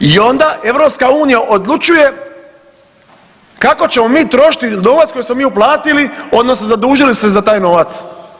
I onda EU odlučuje kako ćemo mi trošiti novac koji smo mi uplatili, odnosno zadužili se za taj novac.